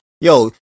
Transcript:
yo